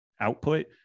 output